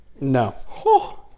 No